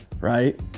right